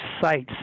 sites